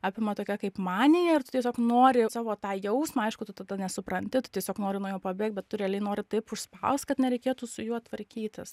apima tokia kaip manija ir tu tiesiog nori savo tą jausmą aišku tu tada nesupranti tu tiesiog nori nuo jo pabėgt bet tu realiai nori taip užspaust kad nereikėtų su juo tvarkytis